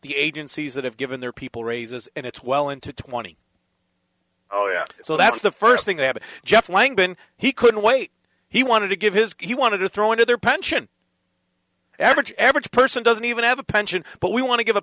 the agencies that have given their people raises and it's well into twenty oh yeah so that's the first thing they have jeff langbehn he couldn't wait he wanted to give his he wanted to throw into their pension average average person doesn't even have a pension but we want to